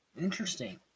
Interesting